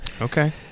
okay